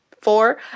Four